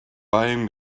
buying